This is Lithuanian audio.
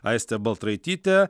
aistė baltraitytė